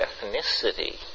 ethnicity